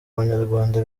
abanyarwanda